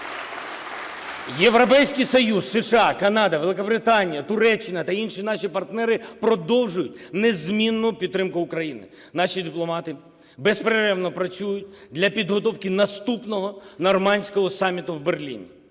Європейський Союз, США, Канада, Великобританія, Туреччина та інші наші партнери продовжують незмінну підтримку України. Наші дипломати безперервно працюють для підготовки наступного нормандського саміту в Берліні.